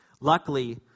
Luckily